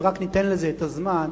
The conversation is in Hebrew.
אם רק ניתן לזה את הזמן,